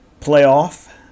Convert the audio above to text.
playoff